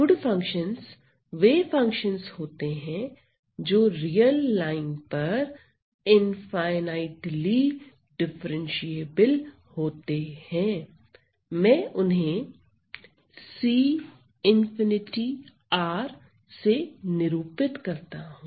good functions वे functions होते हैं जो रियल लाइन पर इनफाईनाइटली डिफरेंशिएबल होते हैं मैं उन्हें C∞ से निरूपित करता हूं